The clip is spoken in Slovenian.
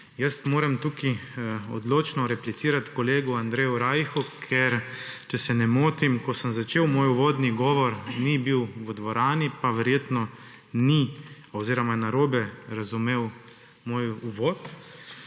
Jaz moram tukaj odločno replicirat kolegu Andreju Rajhu, ker, če se ne motim, ko sem začel moj uvodni govor, ni bil v dvorani, pa verjetno ni oziroma narobe razumel moj uvod.